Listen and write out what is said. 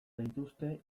dituzte